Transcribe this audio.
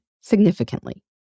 significantly